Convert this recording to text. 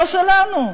לא שלנו,